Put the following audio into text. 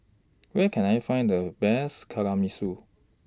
Where Can I Find The Best Kamameshi